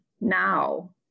now